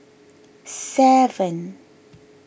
seven